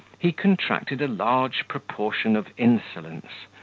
he contracted a large proportion of insolence,